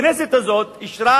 הכנסת הזאת אישרה